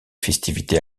festivités